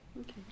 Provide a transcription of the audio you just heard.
Okay